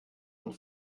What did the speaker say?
und